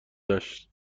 داشت